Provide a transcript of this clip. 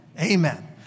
Amen